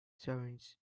sirens